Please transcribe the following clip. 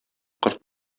корт